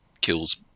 kills